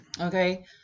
Okay